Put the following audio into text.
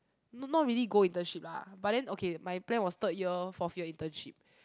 no not really go internship lah but then okay my plan was third year fourth year internship